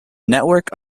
network